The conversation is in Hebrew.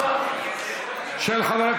חבריי חברי